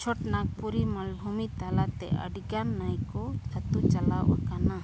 ᱪᱷᱚᱴᱚᱱᱟᱜᱽᱯᱩᱨᱤ ᱢᱟᱞᱵᱷᱩᱢᱤ ᱛᱟᱞᱟᱛᱮ ᱟᱹᱰᱤᱜᱟᱱ ᱱᱟᱹᱭ ᱠᱚ ᱟᱹᱛᱩ ᱪᱟᱞᱟᱣ ᱟᱠᱟᱱᱟ